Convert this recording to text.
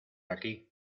aquí